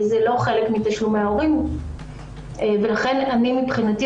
זה לא חלק מתשלומי ההורים ולכן מבחינתי אני